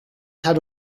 had